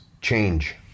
change